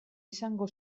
izango